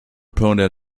pointed